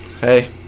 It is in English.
hey